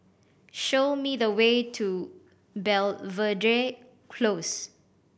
show me the way to Belvedere Close